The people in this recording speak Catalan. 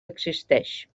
existeix